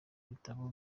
bitabo